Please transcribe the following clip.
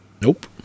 Nope